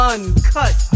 Uncut